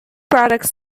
products